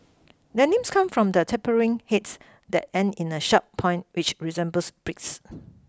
their names comes from their tapering heads that end in a sharp point which resembles beaks